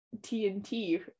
TNT